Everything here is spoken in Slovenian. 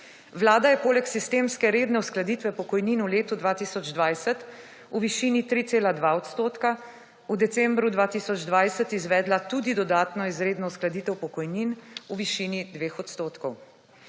Vlada je poleg sistemske redne uskladitve pokojnin v letu 2020 v višini 3,2 odstotka, v decembru 2020 izvedla tudi dodatno izredno uskladitev pokojnin v višini 2 odstotkov.